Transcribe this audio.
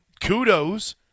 kudos